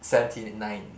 seventy nine